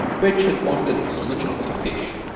which had wandered in on the chance of fish.